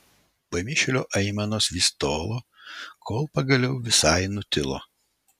pamišėlio aimanos vis tolo kol pagaliau visai nutilo